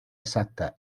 exactas